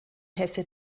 hesse